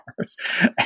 cars